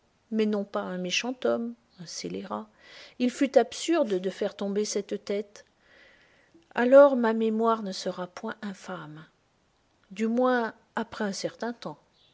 mais non pas un méchant homme un scélérat il fut absurde de faire tomber cette tête alors ma mémoire ne sera point infâme du moins après un certain temps